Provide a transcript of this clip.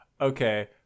Okay